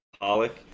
Pollock